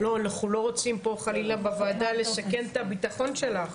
אנחנו לא רוצים חלילה בוועדה לסכן את הביטחון שלך.